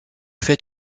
fait